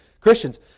Christians